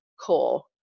core